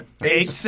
Eight